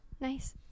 Nice